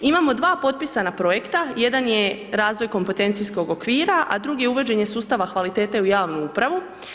Imamo dva potpisana projekta, jedan je Razvoj kompetencijskog okvira, a drugi Uvođenje sustava kvalitete u javnu upravu.